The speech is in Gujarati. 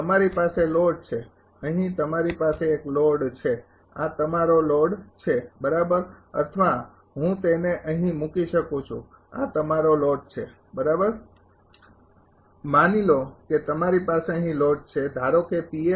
તમારી પાસે લોડ છે અહીં તમારી પાસે એક લોડ છે આ તમારો લોડ છે બરાબર અથવા હું તેને અહીં મૂકી શકું છું આ તમારો લોડ છે બરાબર અને આ કેટલાક નોડો છે કેટલાક નોડ કેટલાક નોડ હું કહું છું બરોબર